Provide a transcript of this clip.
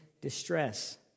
distress